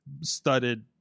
studded